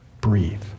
breathe